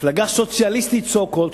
מפלגה סוציאליסטית, so called,